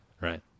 Right